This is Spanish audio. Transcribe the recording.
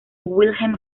wilhelm